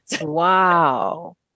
Wow